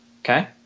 Okay